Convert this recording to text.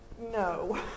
No